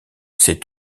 ses